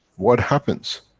what happens?